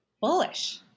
Bullish